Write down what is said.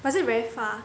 but is it very far